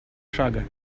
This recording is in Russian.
шага